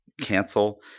cancel